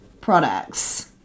products